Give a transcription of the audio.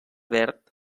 verd